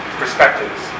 perspectives